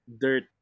dirt